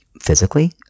physically